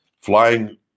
flying